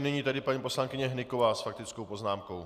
Nyní tedy paní poslankyně Hnyková s faktickou poznámkou.